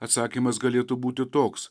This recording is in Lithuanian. atsakymas galėtų būti toks